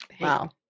wow